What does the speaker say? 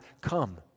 come